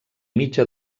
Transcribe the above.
mitja